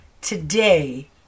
Today